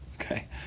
Okay